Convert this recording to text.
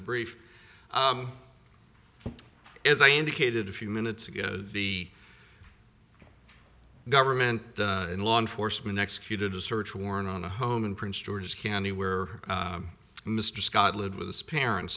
the brief as i indicated a few minutes ago the government and law enforcement executed a search warrant on the home in prince george's county where mr scott lived with us parents